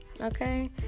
okay